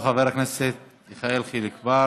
חברי היושב בראש,